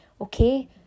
Okay